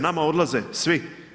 Nama odlaze svi.